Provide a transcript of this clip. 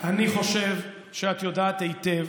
אני חושב שאת יודעת היטב,